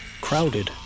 crowded